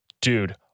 dude